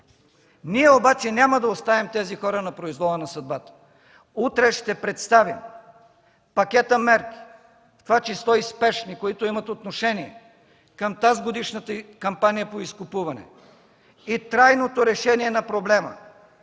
Ние обаче няма да оставим тези хора на произвола на съдбата. Утре ще представим пакета мерки, в това число и спешни, които имат отношение към тазгодишната кампания по изкупуването и трайното решение на проблема,